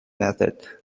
method